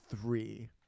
three